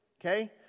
Okay